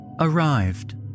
Arrived